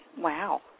Wow